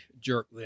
jerk